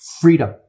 Freedom